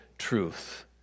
truth